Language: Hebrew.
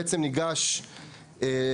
בעצם, ניגש להסתייגויות.